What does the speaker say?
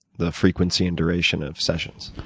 the frequency and duration of sessions?